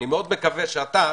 אני מקווה שאתה,